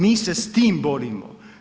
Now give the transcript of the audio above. Mi se s tim borimo.